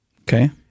Okay